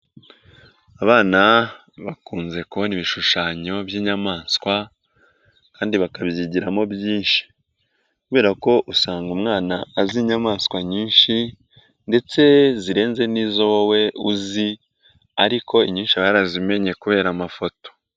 Abana bakunze kubona ibishushanyo by'inyamaswa kandi bakabyigiramo byinshi, kubera ko usanga umwana azi inyamaswa nyinshi ndetse zirenze n'izo wowe uzi ariko inyinshi aba yarazimenye kubera amafoto.